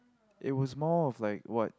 it was more of like what